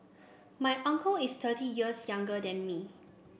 my uncle is thirty years younger than me